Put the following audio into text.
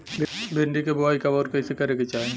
भिंडी क बुआई कब अउर कइसे करे के चाही?